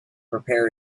prepare